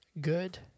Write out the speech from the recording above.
good